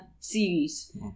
series